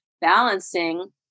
balancing